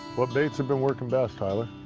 what baits have been working best, tyler?